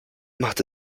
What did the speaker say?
machte